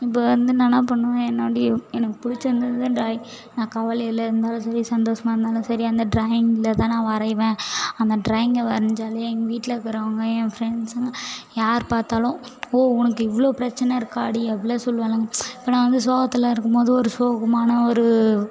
இப்போ வந்து நான் என்ன பண்ணுவேன் என்னுடைய எனக்கு பிடிச்சிருந்தது ட்ராயிங் நான் கவலையில் இருந்தாலும் சரி சந்தோஷமாக இருந்தாலும் சரி அந்த ட்ராயிங்கில் தான் நான் வரைவேன் அந்த ட்ராயிங்கை வரைஞ்சாலே எங்கள் வீட்டில்க்குறவங்க என் ஃப்ரண்ட்ஸுங்கள் யார் பார்த்தாலும் ஓ உனக்கு இவ்வளோ பிரச்சின இருக்காடி அப்படிலாம் சொல்லுவாளுங்க இப்போ நான் வந்து சோகத்தில் இருக்கும் போது ஒரு சோகமான ஒரு